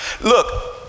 Look